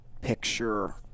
picture